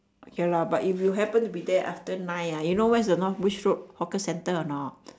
okay lah but if you happen to be there after nine ah you know where is the north bridge road hawker centre or not